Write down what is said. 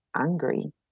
angry